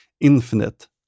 infinite